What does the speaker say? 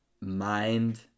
mind